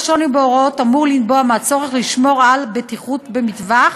השוני בהוראות אמור לנבוע מהצורך לשמור על בטיחות במטווח.